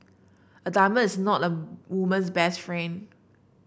a diamond is not a woman's best friend